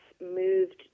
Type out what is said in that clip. moved